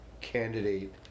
candidate